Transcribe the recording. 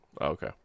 Okay